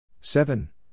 seven